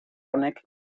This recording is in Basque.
honek